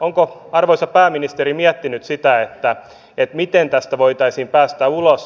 onko arvoisa pääministeri miettinyt sitä miten tästä voitaisiin päästä ulos